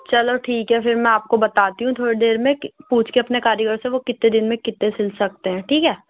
چلو ٹھیک ہے پھر میں آپ کو بتاتی ہوں تھوڑی دیر میں کہ پوچھ کے اپنے کاری گر سے وہ کتنے دِن میں کتے سِل سکتے ہیں ٹھیک ہے